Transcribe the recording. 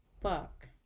fuck